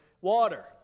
water